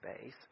space